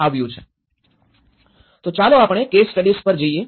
તો ચાલો case studies પર જઈએ